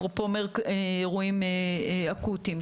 אפרופו אירועים אקוטיים,